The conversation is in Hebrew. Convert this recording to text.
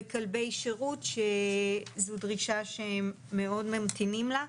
וכלבי שירות שזו דרישה שמאוד ממתינים לה.